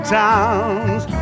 towns